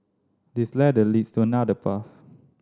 this ladder leads to another path